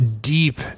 deep